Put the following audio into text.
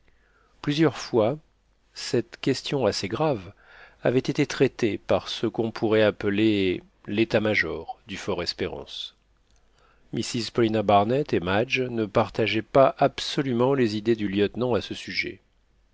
plusieurs fois cette question assez grave avait été traitée par ce qu'on pourrait appeler l'état-major du fort espérance mrs paulina barnett et madge ne partageaient pas absolument les idées du lieutenant à ce sujet